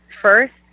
first